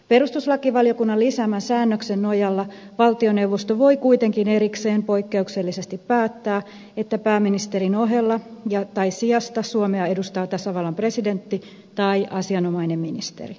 perustuslakivaliokunnan lisäämän säännöksen nojalla valtioneuvosto voi kuitenkin erikseen poikkeuksellisesti päättää että pääministerin ohella tai sijasta suomea edustaa tasavallan presidentti tai asianomainen ministeri